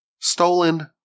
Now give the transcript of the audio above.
stolen